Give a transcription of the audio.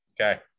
Okay